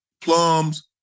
plums